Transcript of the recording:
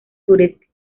sureste